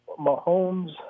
Mahomes